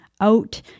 out